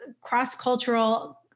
cross-cultural